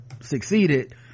succeeded